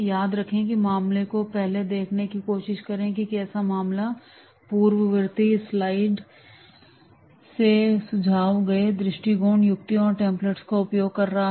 याद रखें कि मामले को पहले देखने की कोशिश करें कि ऐसा क्या है जो पूर्ववर्ती स्लाइड्स से सुझाए गए दृष्टिकोण युक्तियों और टेम्पलेट्स का उपयोग कर रहा है